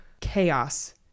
chaos